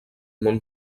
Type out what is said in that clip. món